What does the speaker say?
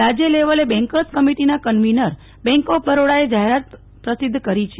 રાજ્ય લેવલે બેંકર્સ કમિટીના કન્વીનર બેંક ઓફ બરોડાએ જાહેરાત પ્રસિધ્ધ કરી છે